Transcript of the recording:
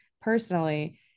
personally